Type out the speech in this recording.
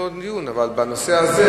יש לנו עוד דיון אבל בנושא הזה.